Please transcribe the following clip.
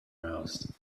aroused